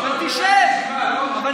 היושב-ראש, ותשב.